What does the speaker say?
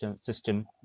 system